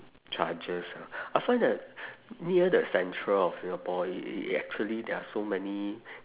charges ah I find that near the central of singapore it it actually there are so many